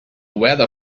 weather